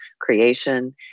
creation